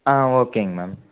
ஆ ஓகேங்க மேம்